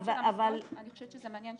אני חושבת שזה מעניין,